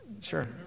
Sure